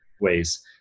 ways